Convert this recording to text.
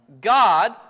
God